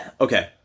okay